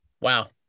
Wow